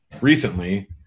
recently